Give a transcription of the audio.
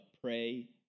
pray